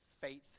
Faith